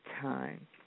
Time